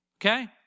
Okay